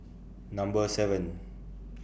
Number seven